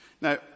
Now